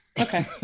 okay